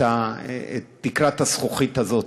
את תקרת הזכוכית הזאת?